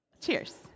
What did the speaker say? Cheers